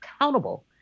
accountable